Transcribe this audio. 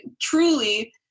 truly